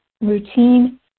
routine